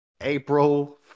April